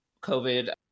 COVID